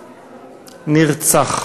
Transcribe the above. נרצח.